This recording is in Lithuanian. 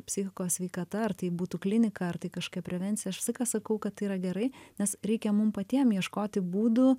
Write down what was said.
psichikos sveikata ar tai būtų klinika ar tai kažkokia prevencija aš visą laiką sakau kad tai yra gerai nes reikia mum patiem ieškoti būdų